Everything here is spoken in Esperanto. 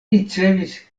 ricevis